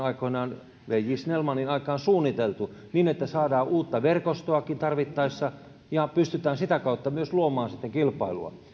aikoinaan j viiden snellmanin aikaan suunniteltu niin että saadaan uutta verkostoakin tarvittaessa ja pystytään sitä kautta myös luomaan kilpailua